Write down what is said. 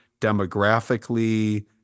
demographically